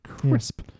Crisp